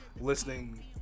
listening